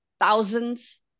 thousands